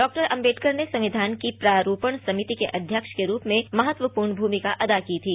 doctor Ambedkar ने संविधान की प्रारूपण समिति के अध्यक्ष के रूप में महत्वपूर्ण भूमिका अदा की थी